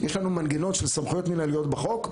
יש לנו מנגנון של סמכויות מינהליות בחוק,